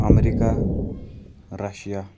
America Russia